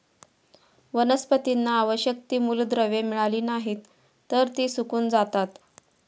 वनस्पतींना आवश्यक ती मूलद्रव्ये मिळाली नाहीत, तर ती सुकून जातात